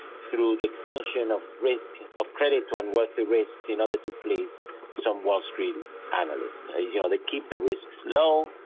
through the extension of risk of credit to unworthy risks in order to please some wall street analysts. you know, they keep the risks low,